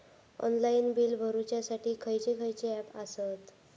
Online bill भरुच्यासाठी खयचे खयचे ऍप आसत?